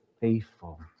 faithful